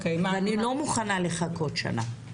אני לא מוכנה לחכות שנה,